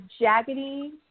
jaggedy